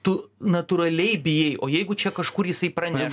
tu natūraliai bijai o jeigu čia kažkur jisai praneš